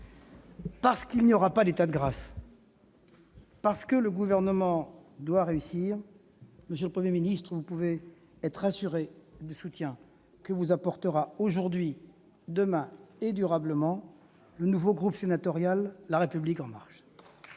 parce qu'il n'y aura pas d'état de grâce, parce que le Gouvernement doit réussir, monsieur le Premier ministre, vous pouvez être assuré du soutien que vous apportera, aujourd'hui et demain, durablement, le nouveau groupe sénatorial La République en marche.